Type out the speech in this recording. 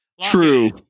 true